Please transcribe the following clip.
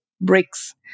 bricks